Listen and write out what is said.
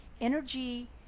energy